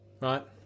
right